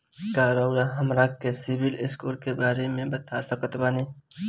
का रउआ हमरा के सिबिल स्कोर के बारे में बता सकत बानी?